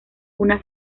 una